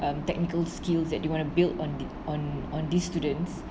um technical skills that you want to build on the on on these students